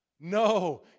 No